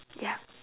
ya